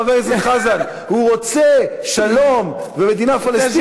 חבר הכנסת חזן: הוא רוצה שלום ומדינה פלסטינית,